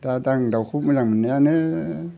दा दा दाउखौ आं मोजां मोननायानो